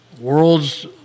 World's